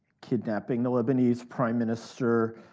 kidnapping the lebanese prime minister,